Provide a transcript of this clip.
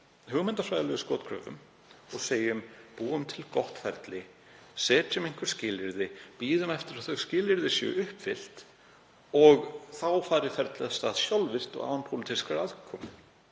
hugmyndafræðilegu skotgröfum og segjum: Búum til gott ferli, setjum einhver skilyrði, bíðum eftir að þau skilyrði séu uppfyllt, og þá fari ferlið af stað sjálfvirkt og án pólitískrar aðkomu.